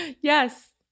Yes